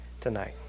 tonight